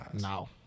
No